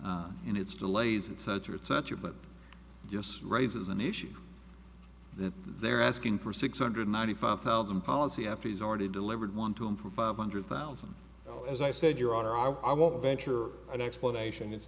along in its delays and cetera et cetera but just raises an issue that they're asking for six hundred ninety five thousand policy after he's already delivered one to him for five hundred thousand as i said your honor i won't venture an explanation it's